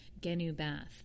Genubath